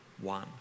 one